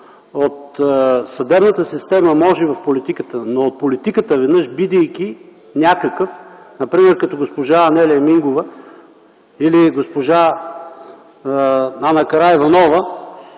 От съдебната система може в политиката, но от политиката, веднъж бидейки някакъв, например като госпожа Анелия Мингова или госпожа Ана Караиванова,